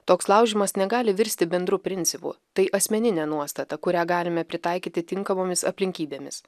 toks laužymas negali virsti bendru principu tai asmeninė nuostata kurią galime pritaikyti tinkamomis aplinkybėmis